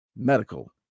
Medical